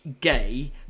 gay